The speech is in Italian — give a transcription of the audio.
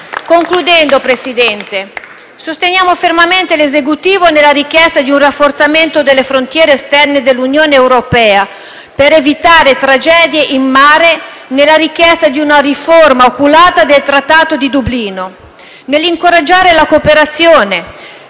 Concludendo, signor Presidente, sosteniamo fermamente l'Esecutivo nella richiesta di un rafforzamento delle frontiere esterne dell'Unione europea per evitare tragedie in mare; nella richiesta di una riforma oculata del Trattato di Dublino; nell'incoraggiare la cooperazione